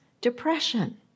depression